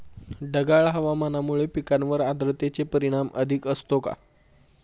ढगाळ हवामानामुळे पिकांवर आर्द्रतेचे परिणाम अधिक असतो का?